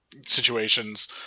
situations